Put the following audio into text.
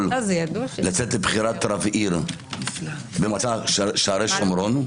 לצאת לבחירת רב עיר במועצה שערי שומרון,